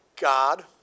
God